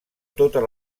totes